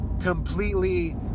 completely